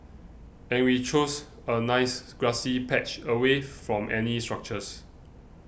and we chose a nice grassy patch away from any structures